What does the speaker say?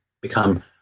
become